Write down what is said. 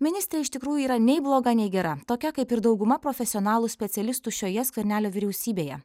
ministrė iš tikrųjų yra nei bloga nei gera tokia kaip ir dauguma profesionalų specialistų šioje skvernelio vyriausybėje